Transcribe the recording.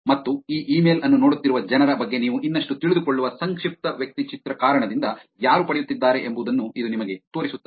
ಮತ್ತು ಈ ಇಮೇಲ್ ಅನ್ನು ನೋಡುತ್ತಿರುವ ಜನರ ಬಗ್ಗೆ ನೀವು ಇನ್ನಷ್ಟು ತಿಳಿದುಕೊಳ್ಳುವ ಸಂಕ್ಷಿಪ್ತ ವ್ಯಕ್ತಿಚಿತ್ರ ಕಾರಣದಿಂದ ಯಾರು ಪಡೆಯುತ್ತಿದ್ದಾರೆ ಎಂಬುದನ್ನು ಇದು ನಿಮಗೆ ತೋರಿಸುತ್ತದೆ